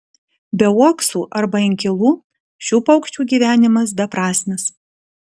be uoksų arba inkilų šių paukščių gyvenimas beprasmis